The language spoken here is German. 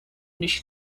nicht